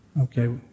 Okay